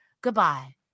Goodbye